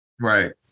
Right